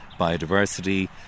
biodiversity